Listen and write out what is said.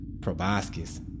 Proboscis